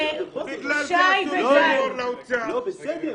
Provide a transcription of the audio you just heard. בכל מקרה לא יתחילו לשבת בוועדות על 2020 לפני האחד בינואר.